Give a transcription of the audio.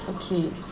okay